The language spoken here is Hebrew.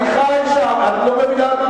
אני חי שם, את לא מבינה?